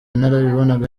narabibonaga